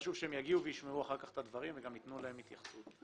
חשוב שהם יגיעו וישמעו את הדברים ויתנו התייחסות.